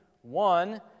One